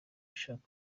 ushaka